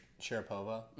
Sharapova